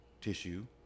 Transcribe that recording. tissue